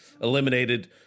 eliminated